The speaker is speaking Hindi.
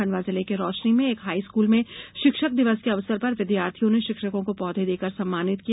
खेंडवा जिले के रोशनी में एक हाई स्कूल में शिक्षक दिवस के अवसर पर विद्यार्थियों ने शिक्षकों को पौधे देकर सम्मानित किया